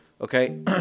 okay